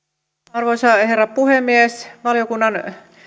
arvoisa herra puhemies